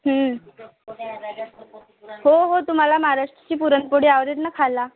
हो हो तुम्हाला महाराष्ट्राची पुरणपोळी आवडेल ना खायला